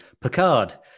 picard